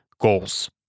goals